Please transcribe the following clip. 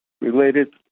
related